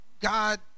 God